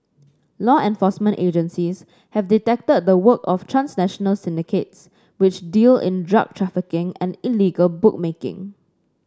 law enforcement agencies have detected the work of transnational syndicates which deal in drug trafficking and illegal bookmaking